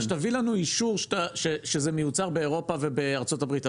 "תביא לנו אישור שזה מיוצר באירופה ובארצות הברית",